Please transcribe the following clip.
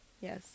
yes